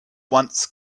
once